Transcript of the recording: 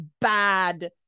bad